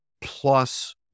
plus